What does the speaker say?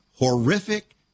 horrific